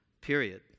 period